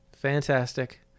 Fantastic